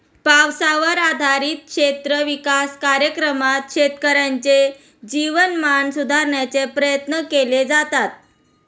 पावसावर आधारित क्षेत्र विकास कार्यक्रमात शेतकऱ्यांचे जीवनमान सुधारण्याचे प्रयत्न केले जातात